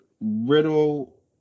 Riddle